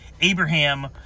Abraham